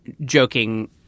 joking